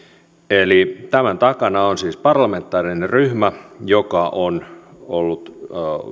eli tämän takana on siis parlamentaarinen ryhmä joka on ollut